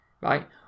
right